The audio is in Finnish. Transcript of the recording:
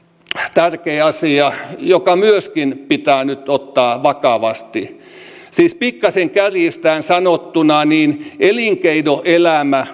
tärkeä asia joka myöskin pitää nyt ottaa vakavasti pikkasen kärjistäen sanottuna elinkeinoelämä